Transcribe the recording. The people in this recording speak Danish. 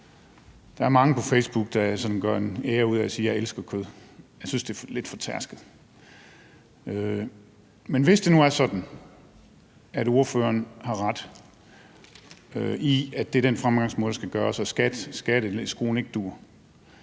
Der er mange på Facebook, der sådan sætter en ære i at sige: Jeg elsker kød. Jeg synes, det er lidt fortærsket. Men hvis det nu er sådan, at ordføreren har ret i, at det er den fremgangsmåde, der skal være, og at skatteskruen ikke dur,